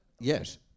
Yes